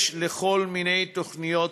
יש כל מיני תוכניות